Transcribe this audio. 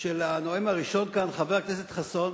של הנואם הראשון כאן, חבר הכנסת חסון,